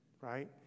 right